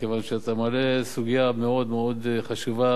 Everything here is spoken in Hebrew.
מכיוון שאתה מעלה סוגיה מאוד מאוד חשובה,